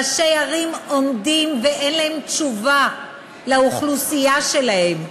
ראשי ערים עומדים ואין להם תשובה לאוכלוסייה שלהם,